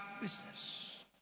business